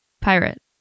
Pirate